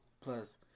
plus